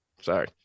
Sorry